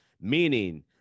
meaning